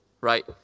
right